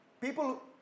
people